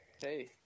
hey